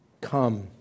come